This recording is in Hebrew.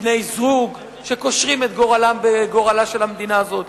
בני-זוג שקושרים את גורלם בגורלה של המדינה הזאת,